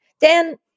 Dan